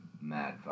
mad